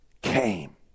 came